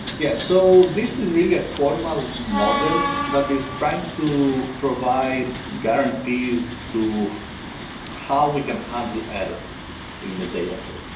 yes. so this is really a formal model that is trying to provide guarantees to how we can handle errors in a dataset.